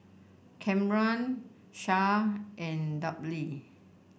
Camren Shae and Dudley